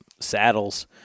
saddles